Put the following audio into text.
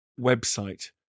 website